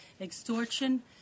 extortion